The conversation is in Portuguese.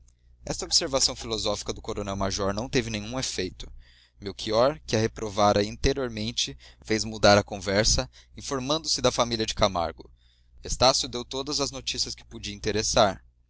esta observação filosófica do coronel major não teve nenhum efeito melchior que a reprovara interiormente fez mudar a conversa informando-se da família de camargo estácio deu todas as notícias que podiam interessar